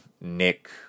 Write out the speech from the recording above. Nick